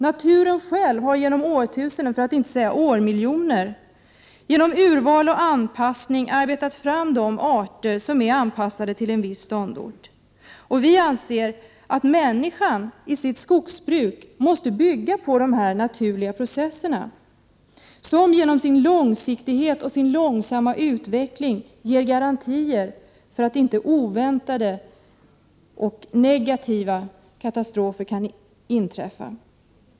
Naturen själv har genom årtusenden, för att inte säga årmiljoner, genom urval och anpassning arbetat fram de arter som är anpassade till en viss ståndort. Vi anser att människors skogsbruk måste bygga på dessa naturliga processer som genom sin långsiktighet och sin långsamma utveckling ger garantier för att inte oväntade och negativa katastrofer skall kunna inträffa.